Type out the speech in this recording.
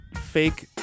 fake